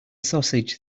sausage